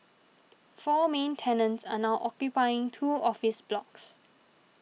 four main tenants are now occupying two office blocks